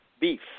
beef